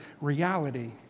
reality